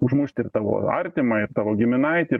užmušt ir tavo a artimą ir tavo giminaitį